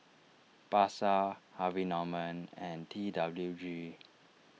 Pasar Harvey Norman and T W G